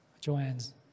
Joanne's